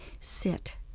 sit